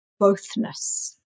bothness